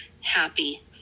happy